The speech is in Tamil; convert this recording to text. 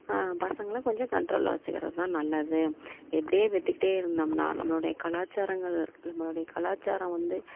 பசங்களை கொஞ்சம் கன்ட்ரோலில் வச்சுக்கிறது தான் நல்லது இப்படியே விட்டுக்கிட்டே இருந்தோம்னா நம்மளோடைய கலாச்சாரங்கள் நம்மளோடைய கலாச்சாரம் வந்து